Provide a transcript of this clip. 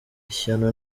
ishyano